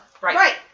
Right